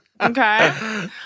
Okay